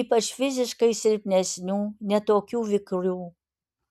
ypač fiziškai silpnesnių ne tokių vikrių